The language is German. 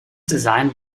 design